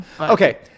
Okay